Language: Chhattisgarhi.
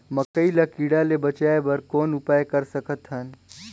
मकई ल कीड़ा ले बचाय बर कौन उपाय कर सकत हन?